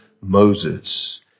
Moses